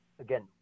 again